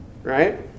right